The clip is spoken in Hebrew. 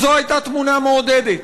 זאת הייתה תמונה מעודדת.